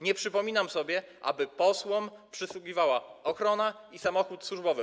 Nie przypominam sobie, aby posłom przysługiwała ochrona i samochód służbowy.